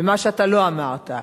במה שאתה לא אמרת.